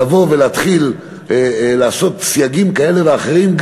לבוא ולהתחיל לעשות סייגים כאלה ואחרים,